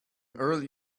early